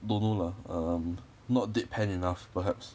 don't know lah um not deadpan enough perhaps